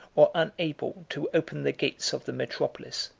or unable, to open the gates of the metropolis.